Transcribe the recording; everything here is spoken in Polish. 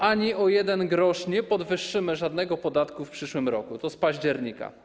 Ani o 1 gr nie podwyższymy żadnego podatku w przyszłym roku - to jest z października.